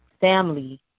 family